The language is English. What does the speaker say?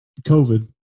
COVID